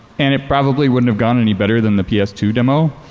and it probably wouldn't have gone any better than the p s two demo.